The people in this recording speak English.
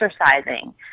exercising